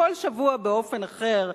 כל שבוע באופן אחר,